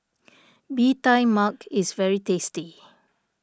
Bee Tai Mak is very tasty